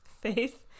Faith